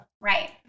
Right